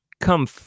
come